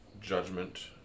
judgment